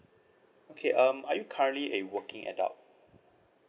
okay um are you currently a working adult